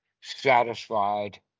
satisfied